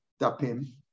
Dapim